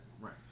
right